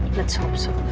let's hope so.